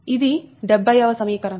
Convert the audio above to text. ఇది 70 వ సమీకరణం